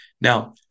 Now